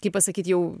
kaip pasakyt jau